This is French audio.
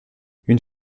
une